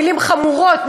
מילים חמורות,